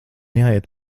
jāiet